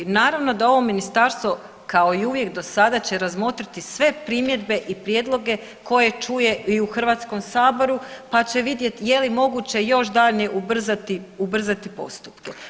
Naravno da ovo ministarstvo kao i uvijek do sada će razmotriti sve primjedbe i prijedloge koje čuje i u HS-u pa će vidjeti je li moguće još daljnje ubrzati postupke.